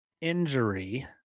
injury